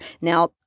Now